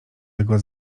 tego